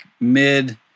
mid